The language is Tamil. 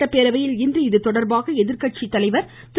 சட்டப்பேரவையில் இன்று இதுதொடர்பாக எதிர்கட்சி தலைவர் திரு